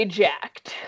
jacked